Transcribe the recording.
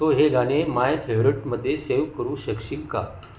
तो हे गाणे माय फेव्हरेटमध्ये सेव्ह करू शकशील का